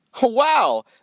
Wow